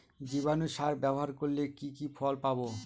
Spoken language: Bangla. জীবাণু সার ব্যাবহার করলে কি কি ফল পাবো?